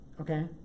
Okay